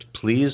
please